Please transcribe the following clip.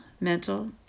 mental